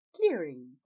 clearing